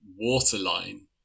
waterline